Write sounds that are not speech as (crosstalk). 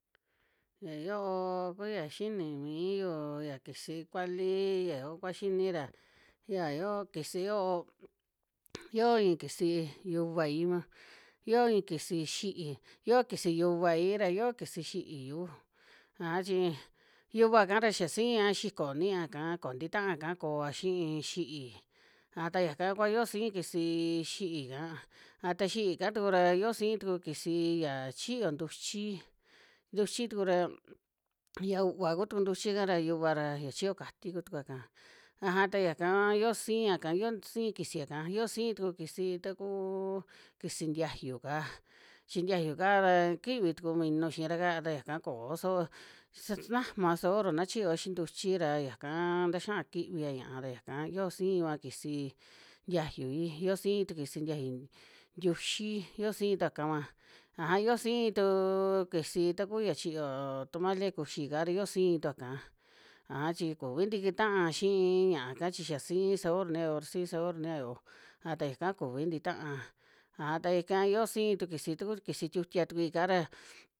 Ya yoo kuyia xini miiyu, ya kisi kuali ya yoo kua xini ram yia yoo kisi yoo, (noise) yio iin kisiyu yuvaim, yio iin kisi xi'í, yoo kisi yuvai ra yio kisi xi'íyu, aja chi yuva'ka ra xa siia xiko niiaka koo nti taa'ka koa xii xi'í, aja ta yaku kua yoo siin kisi xi'í'ka, a ta xi'íka tuku ra yio sii tuku kis ya chiyo ntuchi, ntuchi tuku ra (noise) yia u'va ku tuku ntuchi'ka ra, yuva ra ya chiyo kati ku tukua'ka, aja ta yaka ua yio siika, yoo sii kisia'ka, yoo sii tuku kis takuuu kisi ntiayu'ka, chi ntiyu'ka ra kivi tuku minu xiira'ka ra yaka koo sab saj snama (unintelligible) sabor na chiyoa xii ntuchi ra yakaa taxia kuvia ña'a ra yaka yoo sinva kisi ntiayui, yoo siin tu kuisi ntiayu ntiuxi, yo siin tuakava, aja yio sii tuu kisi ta ku ya chiyo tamale kuxika ra yio siin tuaka, aja chi kuvi tikitaa xii ña'aka chi xa siin sabor niya'yo ra siin sabor niya'yo a ta ya ika kuvi ntitaa, aj ta ika yoo siin tu kisi, ta ku kisi tiutia tukui'ka ra.